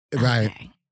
right